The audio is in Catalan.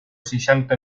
seixanta